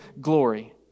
glory